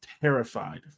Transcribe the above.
terrified